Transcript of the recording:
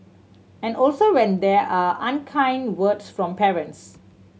and also when there are unkind words from parents